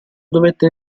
dovette